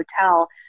hotel